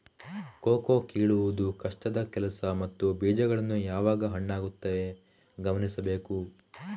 cocoa ಕೀಳುವುದು ಕಷ್ಟದ ಕೆಲಸ ಮತ್ತು ಬೀಜಗಳು ಯಾವಾಗ ಹಣ್ಣಾಗುತ್ತವೆ ಗಮನಿಸಬೇಕು